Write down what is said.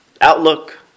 outlook